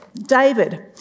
David